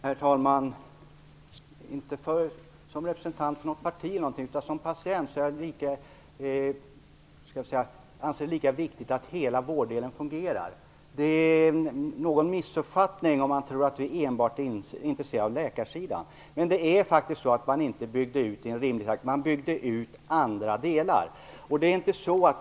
Herr talman! Inte som representant för något parti utan som patient anser jag att det är viktigt att hela vårddelen fungerar. Det är fråga om någon missuppfattning, om man tror att vi enbart är intresserade av läkarsidan. Men utbyggnaden skedde faktiskt inte i en rimlig takt, utan man byggde ut andra delar.